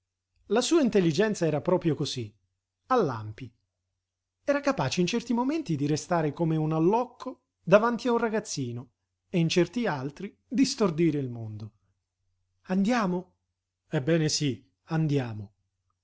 la sua intelligenza era proprio cosí a lampi era capace in certi momenti di restare come un allocco davanti a un ragazzino e in certi altri di stordire il mondo andiamo ebbene sí andiamo